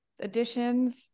additions